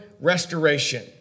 restoration